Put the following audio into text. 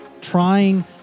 trying